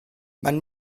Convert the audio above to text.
man